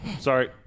Sorry